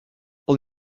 all